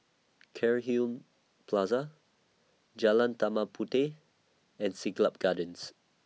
Cairnhill Plaza Jalan Dark Mark Puteh and Siglap Gardens